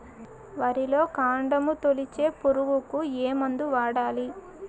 వరిలో కాండము తొలిచే పురుగుకు ఏ మందు వాడాలి?